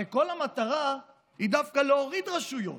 הרי כל המטרה היא דווקא להוריד רשויות,